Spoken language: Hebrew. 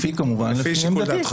כמובן לפי עמדתי.